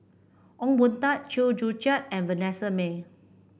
Ong Boon Tat Chew Joo Chiat and Vanessa Mae